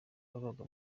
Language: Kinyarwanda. babaga